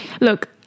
look